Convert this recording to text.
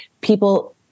people